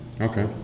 Okay